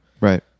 Right